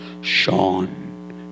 Sean